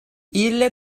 ille